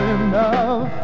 enough